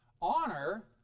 Honor